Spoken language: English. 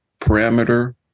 parameter